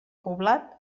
poblat